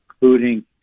including